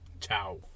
Ciao